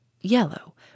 yellow